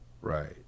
Right